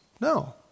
No